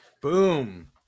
Boom